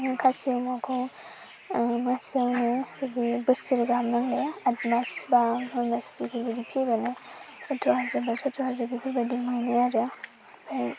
खासि अमाखौ मासावनो होयो बोसोरगाहाम नांलाया आटमास बा नयमास बेफोरबायिद फियोबानो सथ्रहाजार बा सथ्रहाजार बिदि मोनो आरो